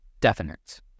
definite